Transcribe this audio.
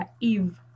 Eve